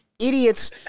idiots